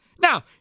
Now